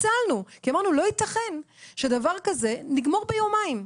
פיצלנו כי אמרנו, לא יתכן שדבר כזה נגמור ביומיים.